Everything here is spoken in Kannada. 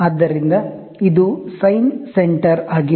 ಆದ್ದರಿಂದ ಇದು ಸೈನ್ ಸೆಂಟರ್ ಆಗಿದೆ